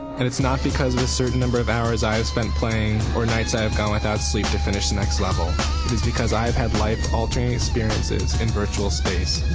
and it's not because of a certain number of hours i have spent playing, or nights i have gone without sleep to finish the next level. it is because i have had life-altering experiences in virtual space,